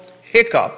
hiccup